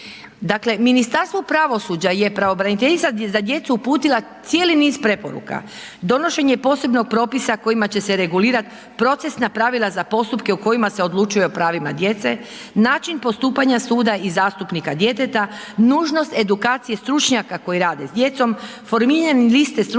Dakle, Ministarstvu pravosuđa je pravobraniteljica za djecu uputila cijeli niz preporuka. Donošenje posebnog propisa kojima će se regulirati procesna pravila za postupke u kojima se odlučuje o pravima djece, način postupanja suda i zastupnika djeteta, nužnost edukacije stručnjaka koji rade s djecom, formiranje liste stručnjaka